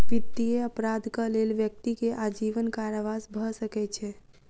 वित्तीय अपराधक लेल व्यक्ति के आजीवन कारावास भ सकै छै